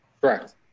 Correct